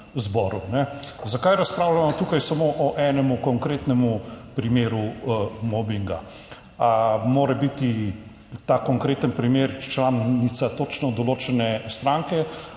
Zakaj razpravljamo tukaj samo o enem konkretnem primeru mobinga. Ali mora biti, ta konkreten primer, članica točno določene stranke